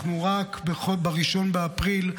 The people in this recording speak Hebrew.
אנחנו רק ב-1 באפריל,